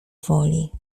woli